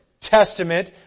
testament